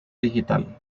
digital